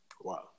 Wow